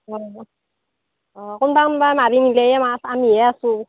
অ' অ' কোনবা কোনবা মাৰি নিলেই মাছ আমিহে আছোঁ